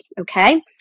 Okay